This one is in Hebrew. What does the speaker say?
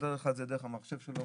מסדר לך את זה דרך המחשב שלו,